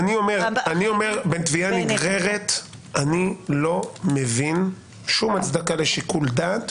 --- בתביעה נגררת אני לא מבין שום הצדקה לשיקול דעת.